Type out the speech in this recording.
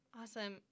Awesome